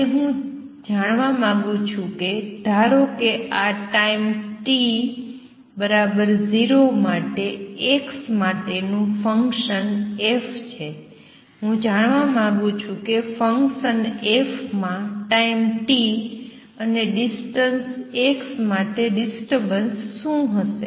અને હું જાણવા માંગુ છું ધારો કે આ ટાઈમ t બરાબર 0 માટે x માટેનું ફંક્શન f છે હું જાણવા માંગુ છું કે ફંક્શન f માં ટાઈમ t અને ડિસ્ટન્સ x માટે ડિસ્ટર્બન્સ શું હશે